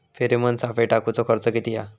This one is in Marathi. फेरोमेन सापळे टाकूचो खर्च किती हा?